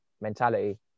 mentality